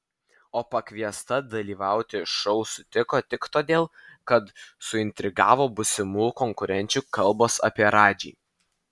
o pakviesta dalyvauti šou sutiko tik todėl kad suintrigavo būsimų konkurenčių kalbos apie radžį